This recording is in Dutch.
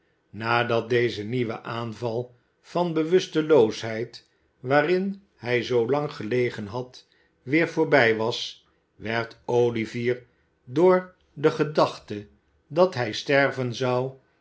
nadat deze nieuwe aanval van bewusteloosheid waarin hij zoolang gelegen had weer voorbij was werd olivier door de gedachte dat hij sterven zou